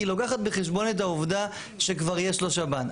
כי היא לוקחת בחשבון את העובדה שכבר יש לו שב"ן.